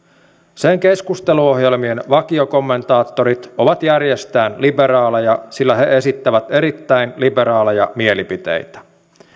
sen keskusteluohjelmien vakiokommentaattorit ovat järjestään liberaaleja sillä he esittävät erittäin liberaaleja mielipiteitä